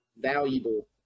valuable